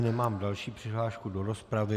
Nemám další přihlášku do rozpravy.